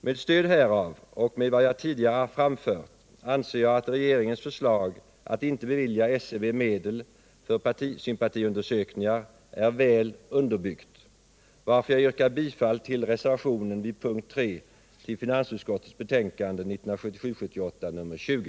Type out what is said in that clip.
Med stöd härav och av vad jag tidigare anfört anser jag att regeringens förslag att inte bevilja SCB medel för partisympatiundersökningar är väl underbyggt, varför jag yrkar bifall till reservationen vid punkten 3 i finansutskottets betänkande 1977/78:20.